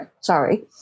Sorry